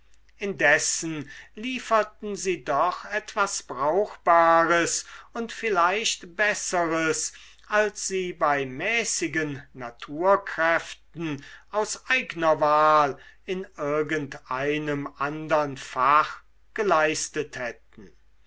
indessen lieferten sie doch etwas brauchbares und vielleicht besseres als sie bei mäßigen naturkräften aus eigner wahl in irgendeinem andern fache geleistet hätten